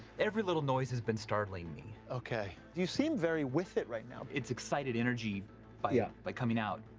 every little noise has been startling me. okay. you seem very with it right now. it's excited energy by ah by coming out.